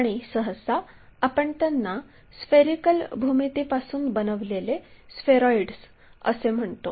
आणि सहसा आपण त्यांना स्फेरिकल भूमितीपासून बनविलेले स्फेरॉइड्स असे म्हणतो